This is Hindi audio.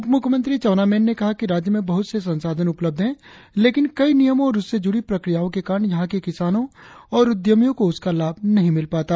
उप मुख्यमंत्री चाउना मेन ने कहा कि राज्य में बहुत से संसाधन उपलब्ध है लेकिन कई नियमों और उससे जुड़ी प्रक्रियाओं के कारण यहा के किसानों और उद्यमियों को उसका लाभ नहीं मिल पाता